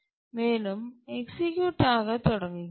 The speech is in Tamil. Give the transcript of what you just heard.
மேலும் எக்சீக்யூட் ஆக தொடங்குகிறது